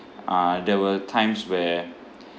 uh there were times where